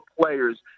players